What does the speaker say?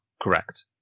correct